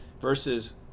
Versus